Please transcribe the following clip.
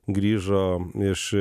grįžo iš